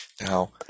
Now